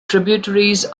tributaries